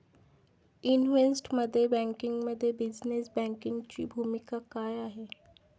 Investment बँकिंगमध्ये business बँकिंगची भूमिका काय आहे?